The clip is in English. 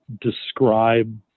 describe